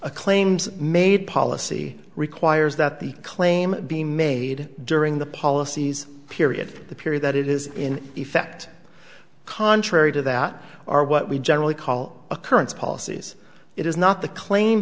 a claims made policy requires that the claim be made during the policies period the period that it is in effect contrary to that are what we generally call occurrence policies it is not the claim